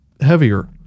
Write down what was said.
heavier